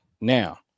Now